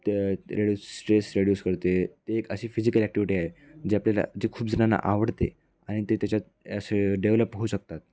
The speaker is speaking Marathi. ते रेड्यूस स्ट्रेस रेड्यूस करते ते एक अशी फिजिकल ॲक्टिविटी आहे जे आपल्याला जे खूप जणांना आवडते आणि ते त्याच्यात असे डेव्हलप होऊ शकतात